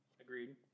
Agreed